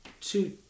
two